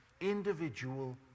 individual